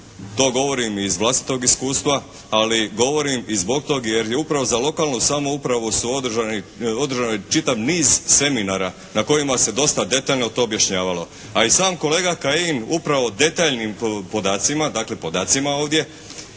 To govorim iz vlastitog iskustva. Ali govorim i zbog tog jer je upravo za lokalnu samoupravu su održani čitav niz seminara na kojima se dosta detaljno to objašnjavalo. A i sam kolega Kajin upravo detaljnim podacima, dakle podacima ovdje